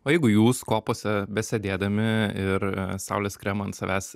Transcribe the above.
o jeigu jūs kopose besėdėdami ir saulės kremą ant savęs